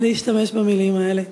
להשתמש במילים האלה.